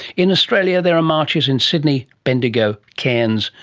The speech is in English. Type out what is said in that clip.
in australia there are marches in sydney, bendigo, cairns,